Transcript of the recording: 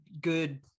good